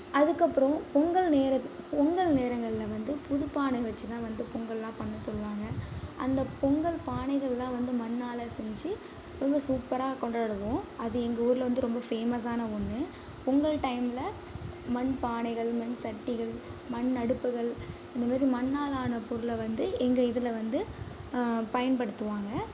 அதுக்கப்புறம் பொங்கல் நேரம் பொங்கல் நேரங்களில் வந்து புதுப் பானை வச்சி தான் வந்து பொங்கல்லாம் பண்ண சொல்லுவாங்க அந்த பொங்கல் பானைகள்லாம் வந்து மண்ணால் செஞ்சு ரொம்ப சூப்பராக கொண்டாடுவோம் அது எங்கள் ஊரில் வந்து ரொம்ப ஃபேமஸான ஒன்று பொங்கல் டைமில் மண் பானைகள் மண் சட்டிகள் மண் அடுப்புகள் இந்த மாதிரி மண்ணால் ஆன பொருளை வந்து எங்கே இதில் வந்து பயன்படுத்துவாங்கள்